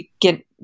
get